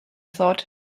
thought